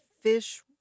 fish